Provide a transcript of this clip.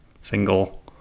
single